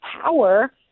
power